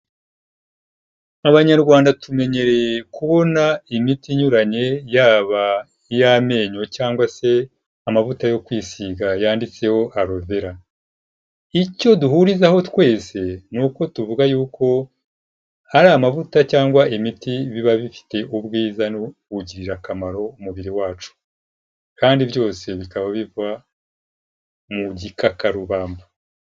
Abanyarwanda tumenyereye kubona imiti inyuranye yaba iy'amenyo cyangwa se amavuta yo kwisiga yanditseho " Aloe vera". Icyo duhurizaho twese ni uko tuvuga yuko hari amavuta cyangwa imiti biba bifite ubwiza n'ubugirakamaro umubiri wacu. Kandi byose bikaba biva mu gikakarubamba.